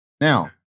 Now